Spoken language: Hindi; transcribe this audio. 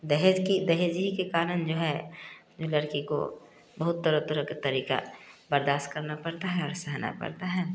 दहेज कि दहेज ही के कारण जो है लड़की को बहुत तरह तरह का तरीका बर्दाश्त करना पड़ता है और सहना पड़ता है